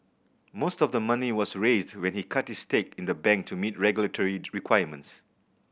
most of the money was raised when he cut his stake in the bank to meet regulatory requirements